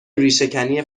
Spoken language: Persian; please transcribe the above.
ریشهکنی